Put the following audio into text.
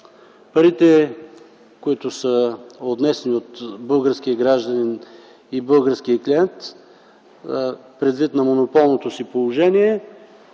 парите, които са отнесени от български граждани и българския клиент, предвид монополното си положение